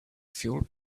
fueled